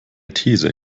these